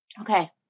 okay